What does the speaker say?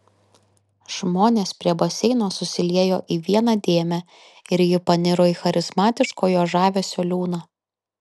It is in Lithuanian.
žmonės prie baseino susiliejo į vieną dėmę ir ji paniro į charizmatiško jo žavesio liūną